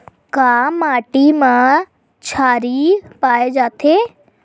का माटी मा क्षारीय पाए जाथे?